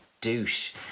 Douche